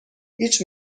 هیچ